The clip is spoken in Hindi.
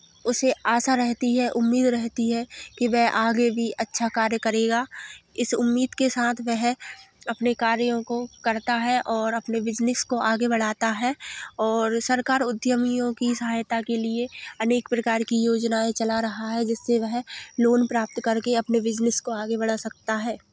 उसे आशा रहती है उम्मीद रहती है कि वह आगे भी अच्छा कार्य करेगा इस उम्मीद के साथ वह अपने कार्यों को करता है और अपने बिज़नेस को आगे बढ़ाता है और सरकार उद्यमियों की सहायता के लिए अनेक प्रकार की योजनाएँ चला रहा है जिससे वह लोन प्राप्त करके अपने बिज़नेस को आगे बढ़ा सकता है